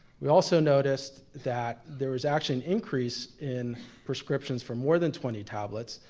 we also noticed that there was actually and increase in prescriptions for more than twenty tablets,